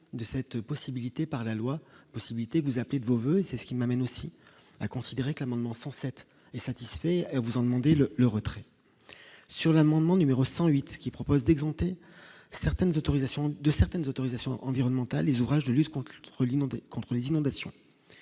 de cette possibilité, par la loi, possibilité, vous appelez de vos voeux et c'est ce qui m'amène aussi à considérer que l'amendement 107 est satisfait : vous en demandez le le retrait sur l'amendement numéro 108 qui propose d'exempter certaines autorisations de certaines autorisations environnementales, les ouvrages de lutte conclut Trulli contre les inondations,